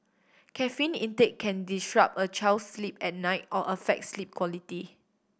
caffeine intake can disrupt a child's sleep at night or affect sleep quality